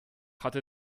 hatte